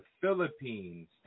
Philippines